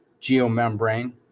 geomembrane